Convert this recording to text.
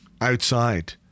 outside